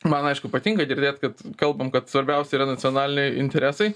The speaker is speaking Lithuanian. man aišku patinka girdėt kad kalbam kad svarbiausia yra nacionaliniai interesai